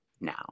now